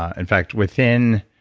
ah in fact within